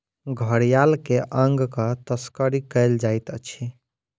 घड़ियाल के अंगक तस्करी कयल जाइत अछि